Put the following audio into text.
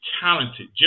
talented